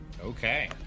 Okay